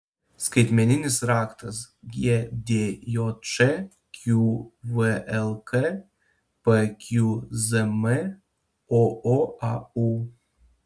skaitmeninis raktas gdjč qvlk pqzm ooau